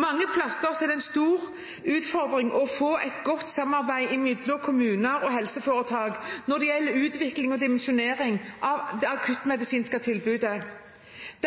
Mange steder er det en stor utfordring å få til et godt samarbeid mellom kommuner og helseforetak når det gjelder utvikling og dimensjonering av det akuttmedisinske tilbudet.